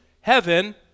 heaven